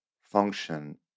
function